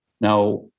Now